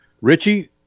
Richie